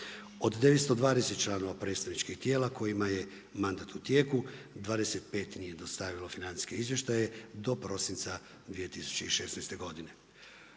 Od 920 članova predstavničkih tijela kojima je mandat u tijeku 25 nije dostavilo financijske izvještaje do prosinca 2016. godine.